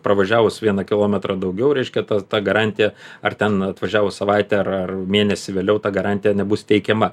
pravažiavus vieną kilometrą daugiau reiškia tas tą garantiją ar ten atvažiavo savaite ar ar mėnesį vėliau ta garantija nebus teikiama